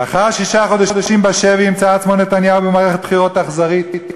לאחר שישה חודשים בשבי ימצא את עצמו נתניהו במערכת בחירות אכזרית,